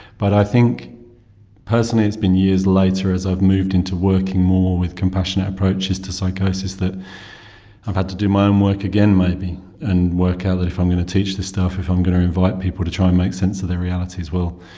but i think personally it has been years later as i've moved into working more with compassionate approaches to psychosis, that i've had to do my own work again maybe and work out ah that if i'm going to teach this stuff, if i'm going to invite people to try and make sense of their reality as well,